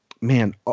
man